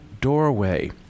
doorway